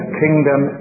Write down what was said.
kingdom